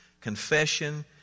confession